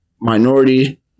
minority